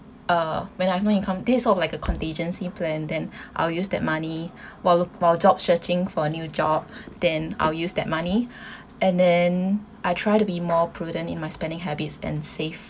uh when I've no income this is sort of like a contingency plan then I'll use that money while look while job searching for new job then I'll use that money and then I try to be more prudent in my spending habits and save